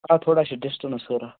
آ تھوڑا چھِ ڈِسٹَنس ہُران